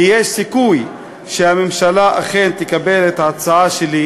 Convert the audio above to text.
כי יש סיכוי שהממשלה אכן תקבל את ההצעה שלי,